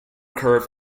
curve